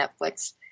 Netflix